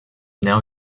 now